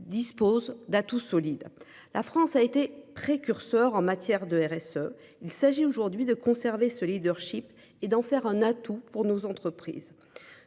dispose d'atouts solides. La France a été précurseur en matière de RSE. Il s'agit aujourd'hui de conserver ce Leadership et d'en faire un atout pour nos entreprises.